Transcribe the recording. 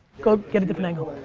go get a different angle.